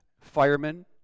firemen